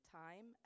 time